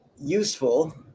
useful